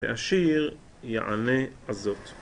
והשיר יענה הזאת